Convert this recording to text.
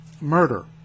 murder